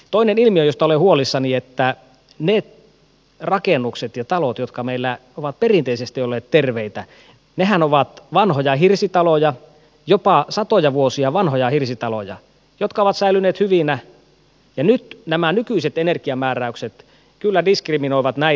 toinen ilmiö josta olen huolissani on se että ne rakennukset ja talot jotka meillä ovat perinteisesti olleet terveitä ovat vanhoja hirsitaloja jopa satoja vuosia vanhoja hirsitaloja jotka ovat säilyneet hyvinä ja nyt nämä nykyiset energiamääräykset kyllä diskriminoivat hirsirakentamista